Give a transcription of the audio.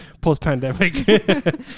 post-pandemic